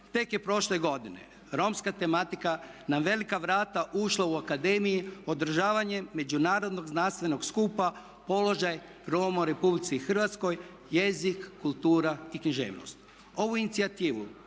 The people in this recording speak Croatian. tek je prošle godine romska tematika na velika vrata ušla u akademiju održavanjem međunarodnog znanstvenog skupa "Položaj Roma u Republici Hrvatskoj, jezik, kultura i književnost".